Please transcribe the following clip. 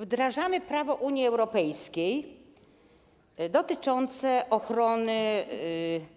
Wdrażamy prawo Unii Europejskiej dotyczące ochrony